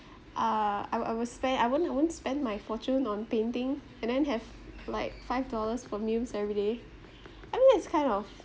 uh I will I will spend I won't I won't spend my fortune on painting and then have like five dollars for meals every day I mean it's kind of